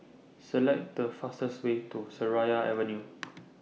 Select The fastest Way to Seraya Avenue